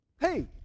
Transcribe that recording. Hey